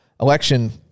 election